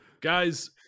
Guys